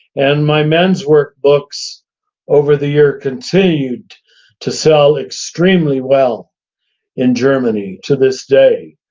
and my men's work books over the year continued to sell extremely well in germany to this day.